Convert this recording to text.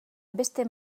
beste